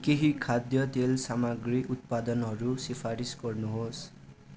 केही खाद्य तेल सामग्री उत्पादनहरू सिफारिस गर्नुहोस्